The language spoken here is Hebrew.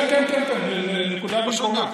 כן כן כן, נקודה במקומה.